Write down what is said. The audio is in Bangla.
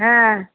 হ্যাঁ